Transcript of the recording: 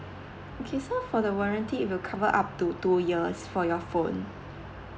okay so for the warranty it will cover up to two years for your phone